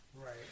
Right